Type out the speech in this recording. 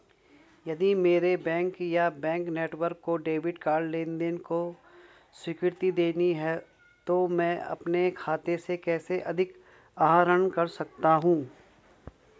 यदि मेरे बैंक या बैंक नेटवर्क को डेबिट कार्ड लेनदेन को स्वीकृति देनी है तो मैं अपने खाते से कैसे अधिक आहरण कर सकता हूँ?